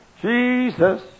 Jesus